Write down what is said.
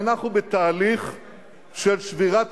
הוא חולב את